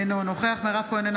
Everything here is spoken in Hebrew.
אינו נוכח מירב כהן,